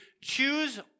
choose